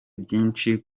byinshi